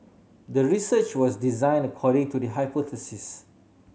the research was designed according to the hypothesis